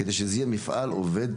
כדי שזה יהיה מפעל עובד,